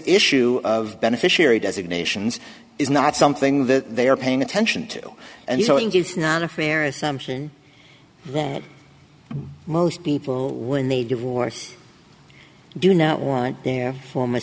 issue of beneficiary designations is not something that they are paying attention to and so i think it's not a fair assumption that most people when they divorced do not want their former